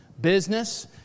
Business